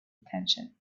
attention